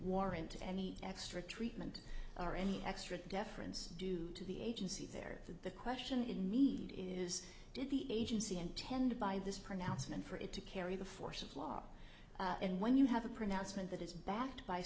warrant any extra treatment or any extra deference due to the agency there the question in need is did the agency intend by this pronouncement for it to carry the force of law and when you have a pronouncement that is backed by